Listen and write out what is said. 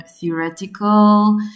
theoretical